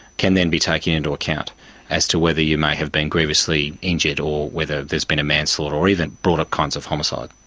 can then be taken into account as to whether you may have been grievously injured or whether there has been a manslaughter or even broader kinds of homicide.